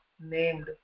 named